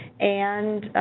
and